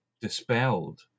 dispelled